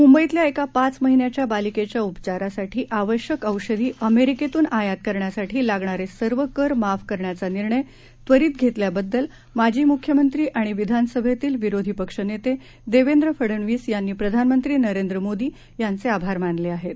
मुंबईतल्याएकापाचमहिन्यांच्याबालिकेच्याउपचारासाठीआवश्यकऔषधीअमेरिकेतूनआयातकरण्यासाठीलागणारेसर्वकरमाफकर ण्याचानिर्णयत्वरितघेतल्याबद्दलमाजीमुख्यमंत्रीआणिविधानसभेतीलविरोधीपक्षनेतेदेवेंद्रफडनवीसयांनीप्रधानमंत्रीनरेंद्रमोदीयांचेआभारमान लेआहेत